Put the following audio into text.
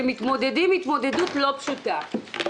שמתמודדים התמודדות לא פשוטה,